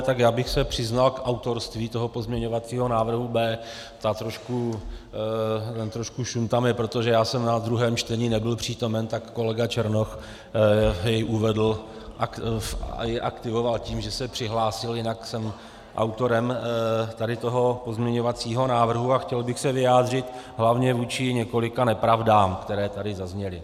Tak já bych se přiznal k autorství toho pozměňovacího návrhu B. Trošku šum tam je, protože já jsem na druhém čtení nebyl přítomen, tak kolega Černoch jej uvedl a i aktivoval tím, že se přihlásil, jinak jsem autorem tady toho pozměňovacího návrhu a chtěl bych se vyjádřit hlavně vůči několika nepravdám, které tady zazněly.